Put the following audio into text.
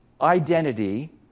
identity